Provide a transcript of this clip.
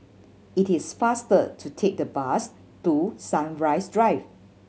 it is faster to take the bus to Sunrise Drive